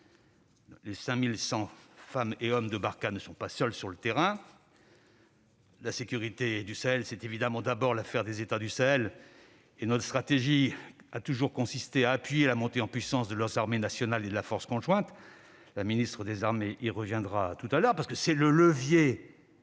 les 5 100 femmes et hommes de Barkhane ne sont pas seuls sur le terrain. La sécurité du Sahel, c'est évidemment d'abord l'affaire des États du Sahel, et notre stratégie a toujours consisté à appuyer la montée en puissance de leurs armées nationales et de la force conjointe- la ministre des armées y reviendra tout à l'heure -, parce que c'est le levier